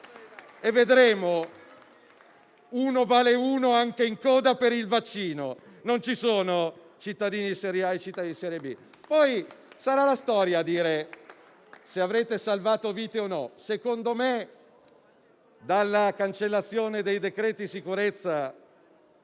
Vedremo. «Uno vale uno» anche in coda per il vaccino: non ci sono cittadini di serie A e di serie B. Sarà poi la storia a dire se avrete salvato vite o meno. Secondo me, dalla cancellazione dei decreti sicurezza